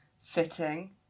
Fitting